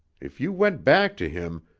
if you went back to him,